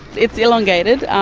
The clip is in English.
it's elongated.